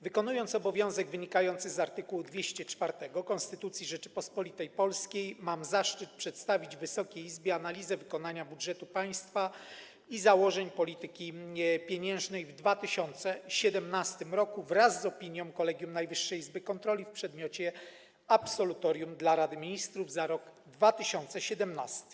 Wykonując obowiązek wynikający z art. 204 Konstytucji Rzeczypospolitej Polskiej, mam zaszczyt przedstawić Wysokiej Izbie analizę wykonania budżetu państwa i założeń polityki pieniężnej w 2017 r. wraz z opinią Kolegium Najwyższej Izby Kontroli w przedmiocie absolutorium dla Rady Ministrów za rok 2017.